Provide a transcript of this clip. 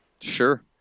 Sure